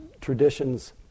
traditions